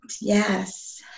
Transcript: yes